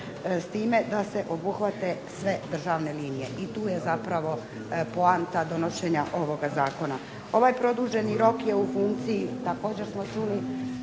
s time da se obuhvate sve državne linije. I tu je zapravo poanta donošenja ovoga zakona. Ovaj produženi rok je u funkciji također smo čuli